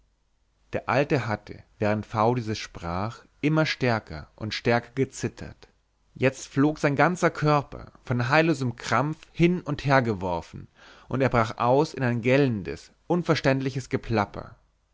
der alte hatte während v dieses sprach immer stärker und stärker gezittert jetzt flog sein ganzer körper von heillosem krampf hin und hergeworfen und er brach aus in ein gellendes unverständiges geplapper